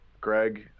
Greg